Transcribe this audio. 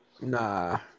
Nah